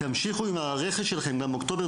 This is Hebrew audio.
"תמשיכו עם הרכש שלכם גם באוקטובר,